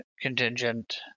contingent